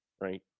right